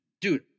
Dude